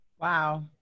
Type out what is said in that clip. Wow